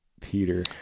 Peter